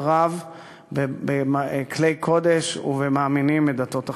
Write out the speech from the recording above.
רב בכלי קודש ובמאמינים מדתות אחרות.